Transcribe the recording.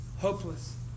Hopeless